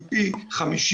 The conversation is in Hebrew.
היא פי 50,